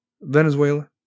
Venezuela